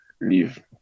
leave